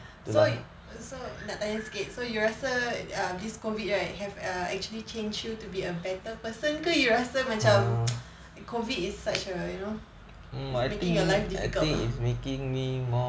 so so nak tanya sikit so you rasa this COVID right have err actually changed you to be a better person ke you rasa macam COVID is such a you know is making your life difficult